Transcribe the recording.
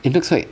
it looks like